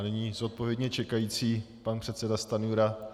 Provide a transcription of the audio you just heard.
Nyní zodpovědně čekající pan předseda Stanjura.